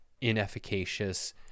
inefficacious